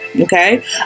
okay